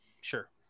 sure